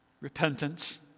repentance